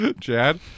Chad